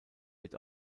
wird